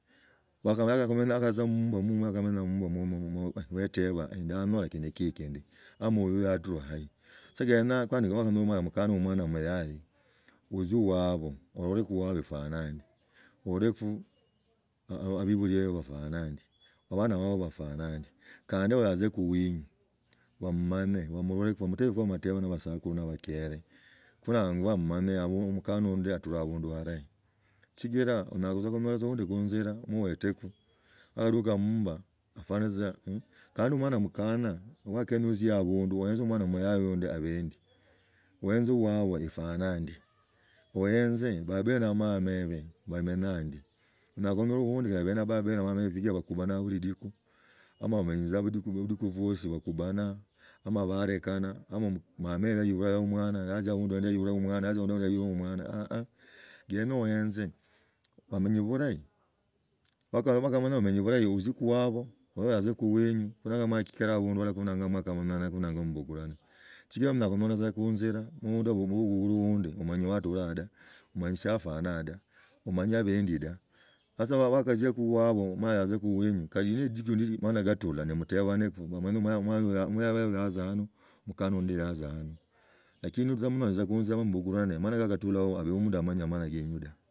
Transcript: Wakamala tsa muniaka munyumba mumwa, wakamenya munyumba mumwo iwe eteba ndanyalo kindi ki ikindi. Mama huyu yatskha hai. So kenyenga ka, nowakhanyola omukana noli omwana muyayi otzie wabo ololeku wa abwe ifwana mbwe, oroliki abedeli babi bafwana ndie. Abana babwebafwe bafwana ndie. Kandi batzie kuwingi vammanye bamsbleks, bamutebi amatebo, kho nangwa onyala tza gunyola tza oundi. Khunjila noeteks naluka mmba ofwani tza, vaani omwana mukana wakenya otzie obunds oenze omwano muyayi ndio abele ndie. Oenzi wabwa ifwana ndie. Oenze babi na mama ebe bamenyaa ndie. Onyala khunyola aundi babae na mama ebe bakhupananga bulitukhu, nomba bamenyanya butikhs bwosi bakhupanara, ama barekana nomba mama waibisla tza omwana natzia abundu waibula tza omwana aa, kenyekha oenze bamenyi bulahi wagamanya bamenyi bslahi, olziko waba naye alzieku wenys, mwagalamakha amangiana kho nangwa mubsgulane. Sichira munyala tza kunzila mo mundu abugule oundi, amanyi wadiraa ta ta omanyi sha afwanaa ta, omanyi abendi ta sasa wagatziako wabwe ma yatzieko wenywe, nabulebaniku muyayi uno yazaanu, umukana undi yazaans lakini mwaganyolana khunjila ma mbugulane. Nibulamunds amanyile amaloyo yenywe dawe.